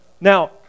Now